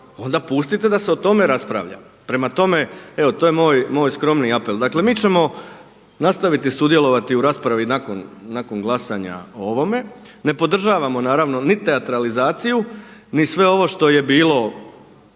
onda pustite da se o tome raspravlja. Prema tome, evo to je moj skromni apel. Dakle mi ćemo nastaviti sudjelovati u raspravi nakon glasanja o ovome. Ne podržavamo naravno ni teatralizaciju, ni sve ovo što je bilo